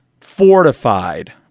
fortified